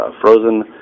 frozen